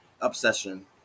obsession